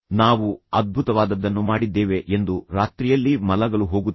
ನಾವು ಅದ್ಭುತವಾದದ್ದನ್ನು ಮಾಡಿದ್ದೇವೆ ಎಂದು ರಾತ್ರಿಯಲ್ಲಿ ಮಲಗಲು ಹೋಗುತ್ತೇವೆ